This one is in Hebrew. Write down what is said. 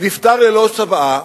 נפטר ללא צוואה,